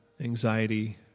anxiety